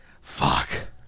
Fuck